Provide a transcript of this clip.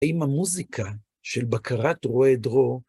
עם המוזיקה של בקרת רועה עדרו.